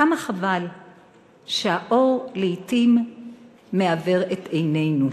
כמה חבל שהאור לעתים מעוור את עינינו.